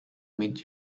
meet